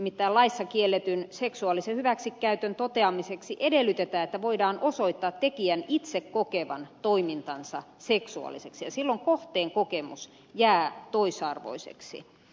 nimittäin laissa kielletyn seksuaalisen hyväksikäytön toteamiseksi edellytetään että voidaan osoittaa tekijän itse kokevan toimintansa seksuaaliseksi ja silloin kohteen kokemus jää toisarvoiseksi